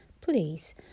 please